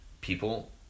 people